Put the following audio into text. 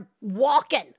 walking